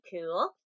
cool